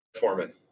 Foreman